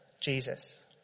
Jesus